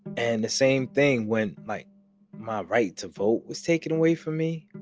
and the same thing when my my right to vote was taken away from me.